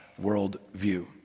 worldview